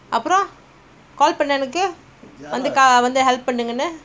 அப்புறம்கால்பண்ணஎனக்குஎனக்காகவந்துஹெல்ப்பண்ணுங்கன்னு:aparam call panna enaku enakaka vandhu help pannunkannu